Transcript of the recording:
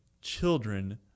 children